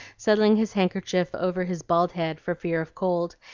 settling his handkerchief over his bald head for fear of cold,